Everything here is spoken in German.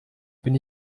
bin